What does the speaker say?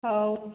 ହଉ